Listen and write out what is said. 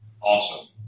Awesome